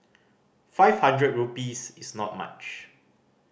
five hundred rupees is not much